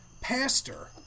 pastor